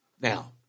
Now